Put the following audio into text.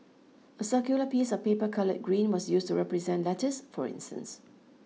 a circular piece of paper coloured green was used to represent lettuce for instance